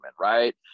right